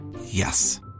Yes